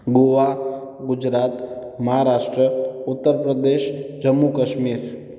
Goa Gujarat Maharashtra Uttar Pradesh Jammu Kashmir